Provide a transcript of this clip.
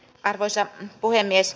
arvoisa puhemies